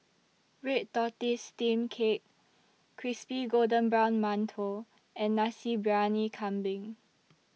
Red Tortoise Steamed Cake Crispy Golden Brown mantou and Nasi Briyani Kambing